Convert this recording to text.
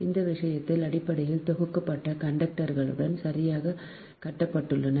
அந்த விஷயங்கள் அடிப்படையில் தொகுக்கப்பட்ட கண்டக்டர்களுடன் சரியாக கட்டப்பட்டுள்ளன